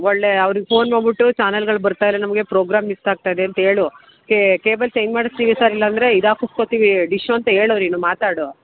ಒಳ್ಳೆಯ ಅವ್ರಿಗೆ ಫೋನ್ ಮಾಡಿಬಿಟ್ಟು ಚಾನಲ್ಗಳು ಬರ್ತಾ ಇಲ್ಲ ನಮಗೆ ಪ್ರೋಗ್ರಾಮ್ ಮಿಸ್ ಆಗ್ತಾ ಇದೆ ಅಂತ ಹೇಳು ಕೇಬಲ್ ಚೇಂಜ್ ಮಾಡಿಸ್ತೀವಿ ಸರ್ ಇಲ್ಲಾಂದರೆ ಇದು ಹಾಕಸ್ಕೋತಿವಿ ಡಿಶ್ಶು ಅಂತ ಹೇಳು ನೀನು ಮಾತಾಡು